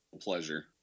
pleasure